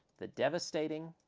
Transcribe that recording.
the devastating